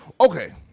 Okay